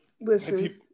listen